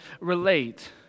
relate